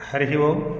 हरिः ओम्